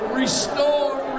restore